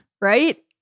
right